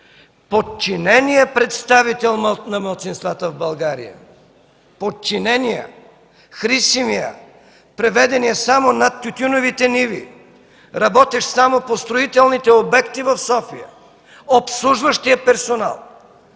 подчинения представител на малцинствата в България – подчинения, хрисимия, приведения само над тютюневите ниви, работещ само по строителните обекти в София, обслужващия персонал,